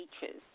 beaches